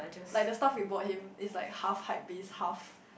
like the stuff we bought him is like half hypebeast half